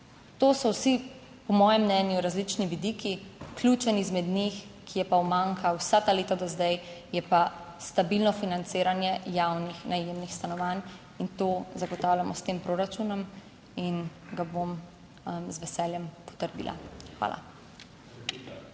To so vsi, po mojem mnenju, različni vidiki, ključen izmed njih, ki je pa umanjka vsa ta leta do zdaj je pa stabilno financiranje javnih najemnih stanovanj in to zagotavljamo s tem proračunom in ga bom z veseljem potrdila. Hvala.